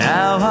Now